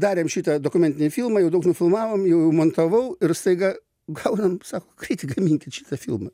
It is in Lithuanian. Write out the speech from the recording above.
darėm šitą dokumentinį filmą jau daug nufilmavom jau montavau ir staiga gaunam sako greitai gaminkit šitą filmą